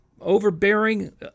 overbearing